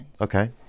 okay